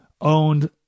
owned